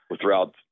throughout